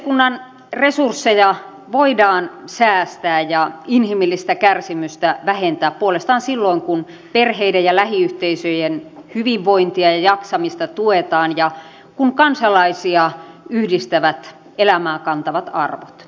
yhteiskunnan resursseja voidaan säästää ja inhimillistä kärsimystä vähentää puolestaan silloin kun perheiden ja lähiyhteisöjen hyvinvointia ja jaksamista tuetaan ja kun kansalaisia yhdistävät elämää kantavat arvot